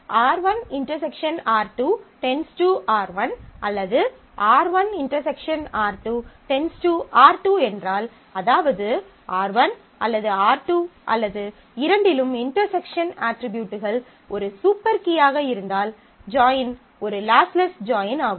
R1 ∩ R2 → R1 அல்லது R1 ∩ R2 → R2 என்றால் அதாவது R1 அல்லது R2 அல்லது இரண்டிலும் இன்டெர்செக்ஷன் அட்ரிபியூட்கள் ஒரு சூப்பர் கீயாக இருந்தால் ஜாயின் ஒரு லாஸ்லெஸ் ஜாயின் ஆகும்